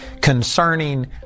concerning